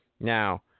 Now